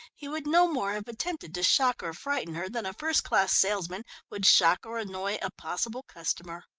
he would no more have attempted to shock or frighten her, than a first-class salesman would shock or annoy a possible customer.